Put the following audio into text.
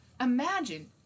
imagine